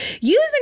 Using